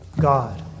God